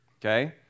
Okay